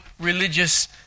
religious